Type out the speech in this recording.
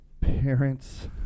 parents